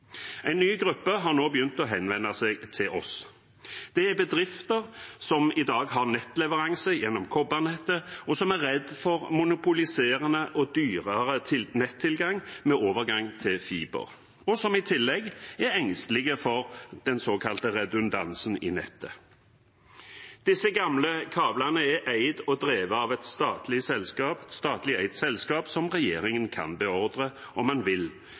En ny gruppe har nå begynt å henvende seg til oss. Det er bedrifter som i dag har nettleveranser gjennom kobbernettet, og som er redde for monopoliserende og dyrere nettilgang med overgang til fiber, og som i tillegg er engstelige for den såkalte redundansen i nettet. Disse gamle kablene er eid og drevet av et statlig eid selskap som regjeringen kan beordre, om man vil,